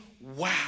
Wow